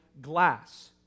glass